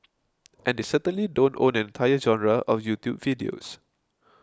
and they certainly don't own an entire genre of YouTube videos